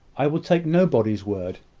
i will take nobody's word.